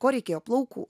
ko reikėjo plaukų